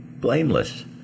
blameless